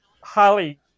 highly